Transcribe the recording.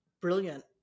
brilliant